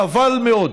חבל מאוד,